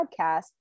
podcast